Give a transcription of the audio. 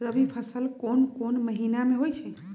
रबी फसल कोंन कोंन महिना में होइ छइ?